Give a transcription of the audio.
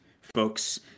folks